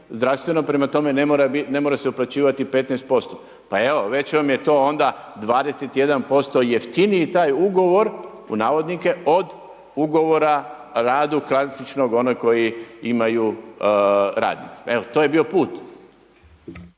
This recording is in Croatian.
zdravstveno, prema tome ne mora se uplaćivati 15%. Pa evo, već vam je to onda 21% „jeftiniji“ taj ugovor od ugovora o radu od klasičnog onog koji imaju radnici. Evo to je bio put.